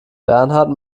bernhard